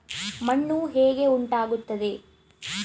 ಮಣ್ಣು ಹೇಗೆ ಉಂಟಾಗುತ್ತದೆ?